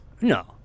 no